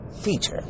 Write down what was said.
feature